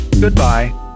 Goodbye